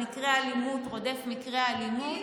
מקרה אלימות רודף מקרה אלימות,